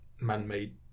man-made